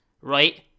right